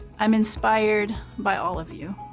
i'm inspired by all of you,